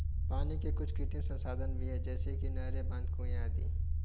पानी के कुछ कृत्रिम संसाधन भी हैं जैसे कि नहरें, बांध, कुएं आदि